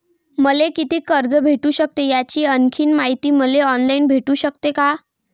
मले कितीक कर्ज भेटू सकते, याची आणखीन मायती मले ऑनलाईन भेटू सकते का?